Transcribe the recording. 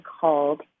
called